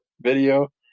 video